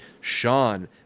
Sean